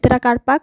चित्रां काडपाक